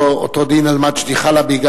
אותו דין על מג'די חלבי,